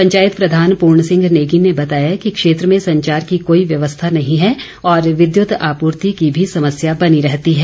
पंचायत प्रधान पूर्ण सिंह नेगी ने बताया कि क्षेत्र में संचार की कोई व्यवस्था नहीं है और विद्युत आपूर्ति की भी समस्या बनी रहती है